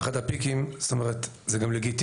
באחד הפיקים, זאת אומרת, זה גם לגיטימי